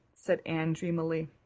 said anne dreamily.